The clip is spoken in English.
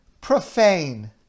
profane